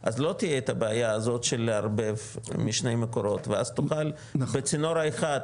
אז לא תהיה את הבעיה הזאת של לערבב משני מקורות ואז תוכל בצינור האחד,